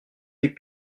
les